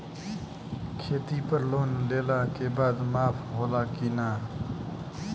खेती पर लोन लेला के बाद माफ़ होला की ना?